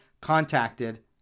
contacted